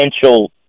potential –